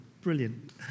Brilliant